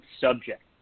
subject